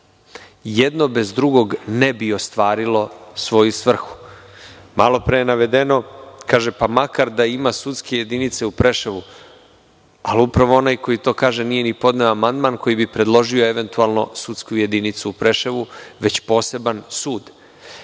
Jedno bez drugog ne bi ostvarilo svoju svrhu. Malopre je navedeno – makar da ima i sudske jedinice u Preševu. Onaj koji to kaže nije podneo amandman koji bi predložio eventualno sudsku jedinicu u Preševu, već poseban sud.